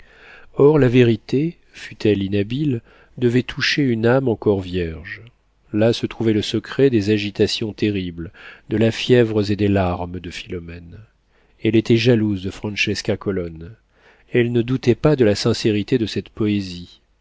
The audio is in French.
or la vérité fut-elle inhabile devait toucher une âme encore vierge là se trouvait le secret des agitations terribles de la fièvre et des larmes de philomène elle était jalouse de francesca colonne elle ne doutait pas de la sincérité de cette poésie